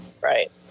right